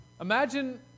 Imagine